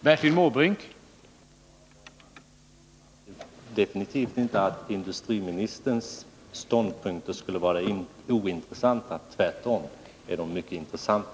Herr talman! Jag anser absolut inte att industriministerns ståndpunkter skulle vara ointressanta. Tvärtom är de mycket intressanta.